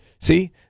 See